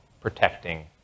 protecting